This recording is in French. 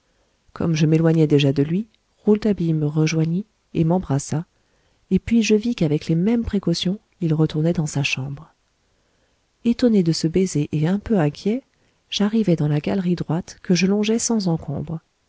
comme je m'éloignais déjà de lui rouletabille me rejoignit et m'embrassa et puis je vis qu'avec les mêmes précautions il retournait dans sa chambre étonné de ce baiser et un peu inquiet j'arrivai dans la galerie droite que je longeai sans encombre